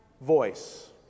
voice